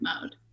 mode